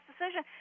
decision